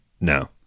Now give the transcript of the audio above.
no